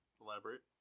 Elaborate